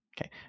okay